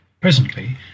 presently